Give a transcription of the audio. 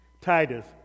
Titus